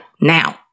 Now